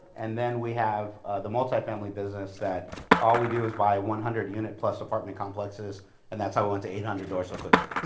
and then we have the multifamily business that all we do is buy a one hundred unit plus apartment complexes and that's how we went to eight hundred doors so quickly.